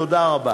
תודה רבה.